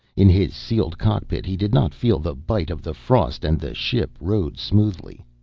in his sealed cockpit he did not feel the bite of the frost and the ship rode smoothly.